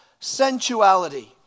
sensuality